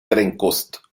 trennkost